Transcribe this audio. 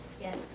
Yes